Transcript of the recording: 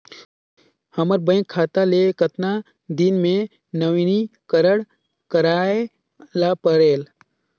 हमर बैंक खाता ले कतना दिन मे नवीनीकरण करवाय ला परेल?